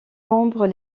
membres